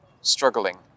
struggling